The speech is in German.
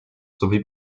sowie